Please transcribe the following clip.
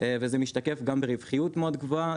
וזה משתקף גם ברווחיות מאוד גדולה,